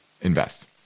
invest